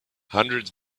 hundreds